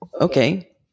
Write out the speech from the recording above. okay